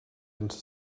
into